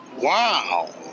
Wow